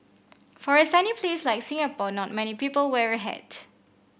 for a sunny place like Singapore not many people wear a hat